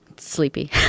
Sleepy